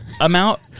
amount